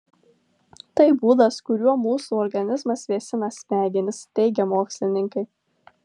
tai būdas kuriuo mūsų organizmas vėsina smegenis teigia mokslininkai